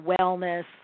wellness